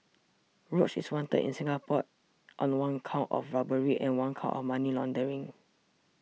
Roach is wanted in Singapore on one count of robbery and one count of money laundering